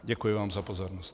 Děkuji vám za pozornost.